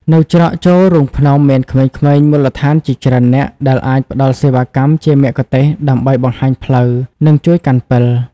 នៅច្រកចូលរូងភ្នំ មានក្មេងៗមូលដ្ឋានជាច្រើននាក់ដែលអាចផ្ដល់សេវាកម្មជាមគ្គុទ្ទេសក៍ដើម្បីបង្ហាញផ្លូវ និងជួយកាន់ពិល។